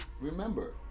remember